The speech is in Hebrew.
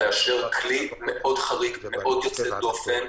לאשר כלי מאוד חריג ומאוד יוצא דופן,